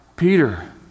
Peter